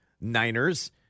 Niners